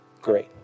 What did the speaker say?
great